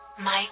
Mike